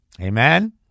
Amen